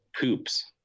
poops